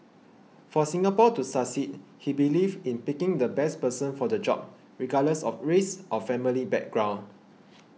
for Singapore to succeed he believed in picking the best person for the job regardless of race or family background